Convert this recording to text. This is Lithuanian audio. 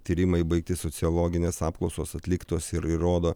tyrimai baigti sociologinės apklausos atliktos ir įrodo